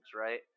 right